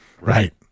Right